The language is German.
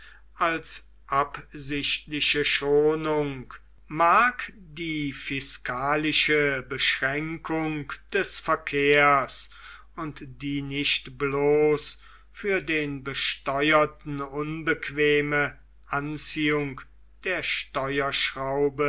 als absichtliche schonung mag die fiskalische beschränkung des verkehrs und die nicht bloß für den besteuerten unbequeme anziehung der